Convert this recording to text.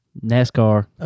nascar